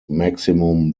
maximum